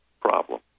problem